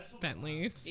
Bentley